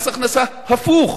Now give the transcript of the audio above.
מס הכנסה הפוך.